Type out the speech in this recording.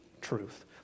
truth